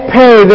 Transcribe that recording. pay